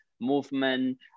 movement